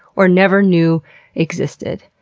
or never knew existed.